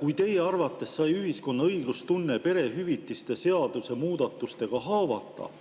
"Kui teie arvates sai ühiskonna õiglustunne perehüvitiste seaduse muudatustega haavata,